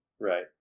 Right